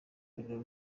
urwo